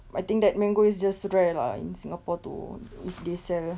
I think that mango is just rare lah in singapore too if they sell